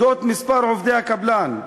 על מספר עובדי הקבלן,